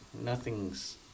nothing's